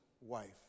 wife